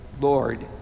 Lord